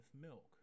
milk